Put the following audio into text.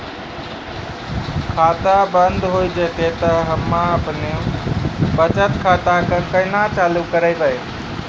खाता बंद हो जैतै तऽ हम्मे आपनौ बचत खाता कऽ केना चालू करवै?